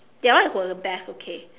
that one was the best okay